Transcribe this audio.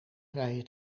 vrije